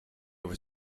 were